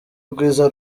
rwiza